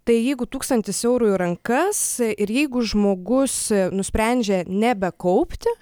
tai jeigu tūkstantis eurų į rankas ir jeigu žmogus nusprendžia nebekaupti